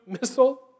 missile